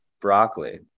Broccoli